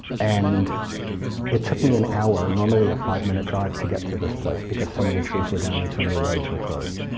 and it took me an hour, normally a five minute drive, to get to this place, because so many trees were down and so many roads were closed.